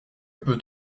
peut